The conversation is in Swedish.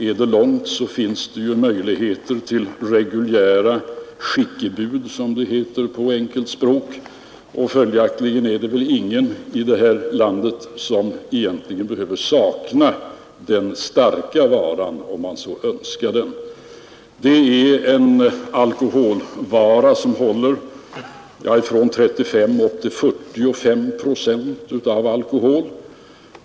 Är det långt finns det ju möjligheter tili reguljära skickebud, som det heter på enkelt språk. Följaktligen är det väl ingen i detta land som egentligen behöver sakna den starka varan om han önskar den. Det är en vara som håller från 35 upp till 45 procent alkohol.